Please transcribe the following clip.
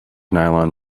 nylon